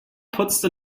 putzte